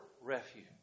refuge